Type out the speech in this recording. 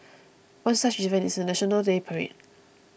one such event is the National Day parade